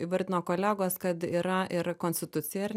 įvardino kolegos kad yra ir konstitucija ar